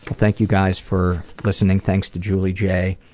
thank you guys for listening. thanks to julie j.